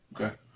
Okay